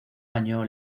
año